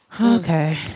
Okay